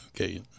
okay